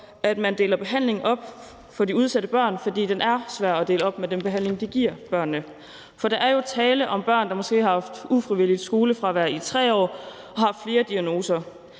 at man deler behandlingen op for de udsatte børn. For den er svær at dele op med tanke på den behandling, de giver børnene. Der er jo tale om børn, der måske har haft ufrivilligt skolefravær i 3 år og har flere diagnoser.